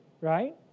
right